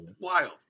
wild